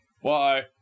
Why